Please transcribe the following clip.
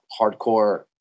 hardcore